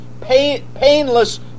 painless